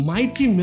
Mighty